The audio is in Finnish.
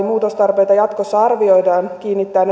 muutostarpeita jatkossa arvioidaan kiinnittäen